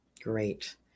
great